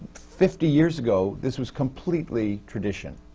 fifty years ago, this was completely tradition,